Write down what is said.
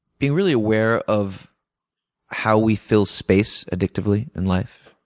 being really aware of how we fill space addictively in life